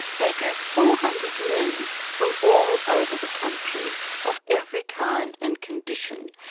they drew four hundred men from all over the country of every kind and condition,